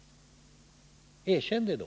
Erkänn det då!